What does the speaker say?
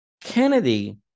Kennedy